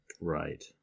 right